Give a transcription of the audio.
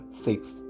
six